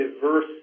diverse